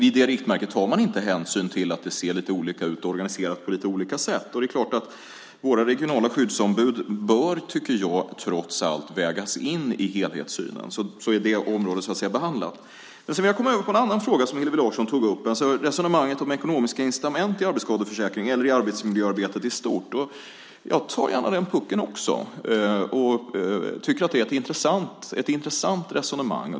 I det riktmärket tar man inte hänsyn till att det ser lite olika ut och är organiserat på lite olika sätt. Det är klart att våra regionala skyddsombud trots allt bör vägas in i helhetssynen. Så är det området så att säga behandlat. Sedan vill jag komma över på en annan fråga som Hillevi Larsson tog upp, resonemanget om ekonomiska incitament i arbetsskadeförsäkringen eller i arbetsmiljöarbetet i stort. Jag tar gärna den pucken också och tycker att det är ett intressant resonemang.